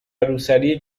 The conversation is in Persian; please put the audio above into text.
روسری